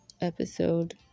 episode